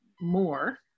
more